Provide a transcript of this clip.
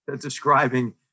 describing